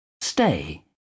Stay